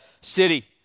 city